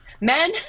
Men